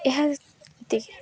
ଏହା ଏତିକି